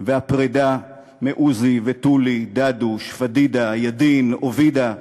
והפרידה מעוזי ותולי, דדוש, פדידה, ידין, אובידה,